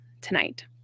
tonight